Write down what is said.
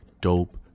Dope